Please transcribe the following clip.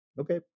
okay